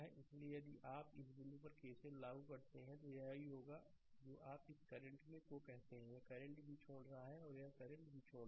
इसलिए यदि आप इस बिंदु पर केसीएल लागू करते हैं तो यह वही होगा जो आप इस करंट को कहते हैं यह करंट भी छोड़ रहा है और यह करंट भी छोड़ रहा है